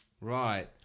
Right